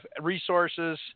resources